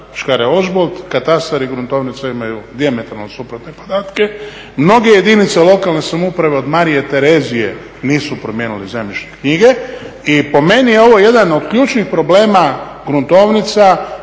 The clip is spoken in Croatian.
Škare-Ožbolt katastar i gruntovnica imaju dijametralno suprotne podatke. Mnoge jedinice lokalne samouprave od Marije Terezije nisu promijenili zemljišne knjige i po meni je ovo jedan od ključnih problema gruntovnica